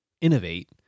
innovate